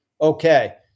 okay